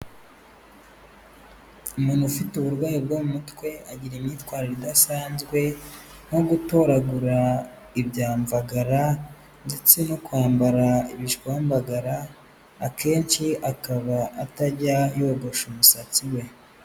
Umuntu ufite uburwayi bwo mu mutwe, agira imyitwarire idasanzwe nko gutoragura ibyamvagara ndetse no kwambara ibishwambagara, akenshi akaba atajya yogosha umusatsi we.